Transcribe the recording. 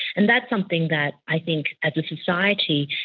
and that's something that i think as a society,